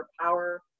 power